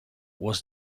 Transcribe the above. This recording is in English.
was